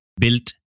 built